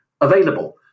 available